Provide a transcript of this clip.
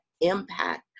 impact